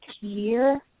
year